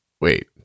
Wait